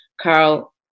Carl